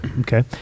Okay